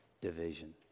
division